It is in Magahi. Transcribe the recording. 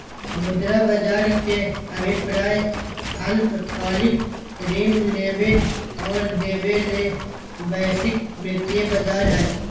मुद्रा बज़ार के अभिप्राय अल्पकालिक ऋण लेबे और देबे ले वैश्विक वित्तीय बज़ार हइ